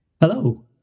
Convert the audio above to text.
Hello